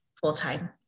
full-time